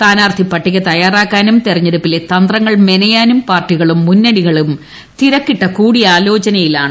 സ്ഥാനാർത്ഥി പട്ടിക തയ്യാറാക്കാനും തെരഞ്ഞെട്ടൂപ്പിലെ തന്ത്രങ്ങൾ മെനയാനും പാർട്ടികളും മുന്നണികളും തീർക്കിട്ട കൂടിയാലോചനയിലാണ്